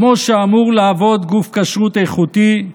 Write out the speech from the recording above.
כמו שאמור לעבוד גוף כשרות איכותי,